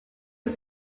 was